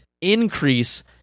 increase